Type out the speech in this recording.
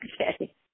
Okay